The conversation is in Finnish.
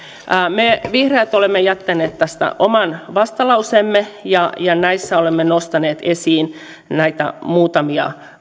me vihreät olemme jättäneet tästä oman vastalauseemme ja ja näissä olemme nostaneet esiin näitä muutamia